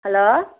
hello